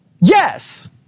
Yes